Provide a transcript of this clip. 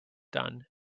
done